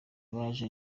baje